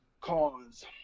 cause